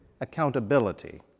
accountability